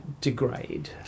degrade